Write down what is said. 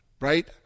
Right